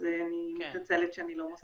אז אני מתנצלת שאני לא מוסיפה.